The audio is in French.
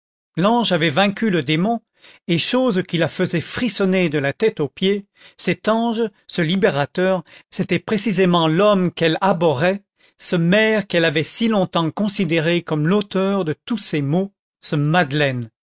avait vaincu le démon et chose qui la faisait frissonner de la tête aux pieds cet ange ce libérateur c'était précisément l'homme qu'elle abhorrait ce maire qu'elle avait si longtemps considéré comme l'auteur de tous ses maux ce madeleine